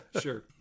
sure